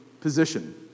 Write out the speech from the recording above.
position